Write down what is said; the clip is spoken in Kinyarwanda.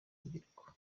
rubyiruko